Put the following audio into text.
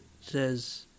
says